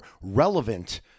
relevant